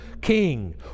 king